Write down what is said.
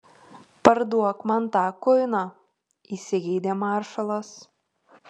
parduok man tą kuiną įsigeidė maršalas